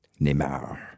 Neymar